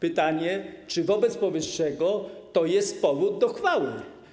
Pytanie: Czy wobec powyższego to jest powód do chwały?